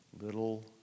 little